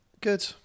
good